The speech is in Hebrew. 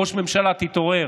ראש הממשלה, תתעורר.